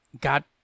God